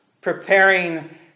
preparing